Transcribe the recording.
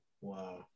Wow